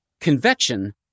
Convection